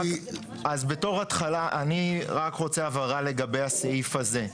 בתור התחלה, אני רק רוצה הבהרה לגבי הסעיף הזה.